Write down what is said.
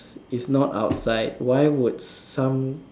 it's not outside why would some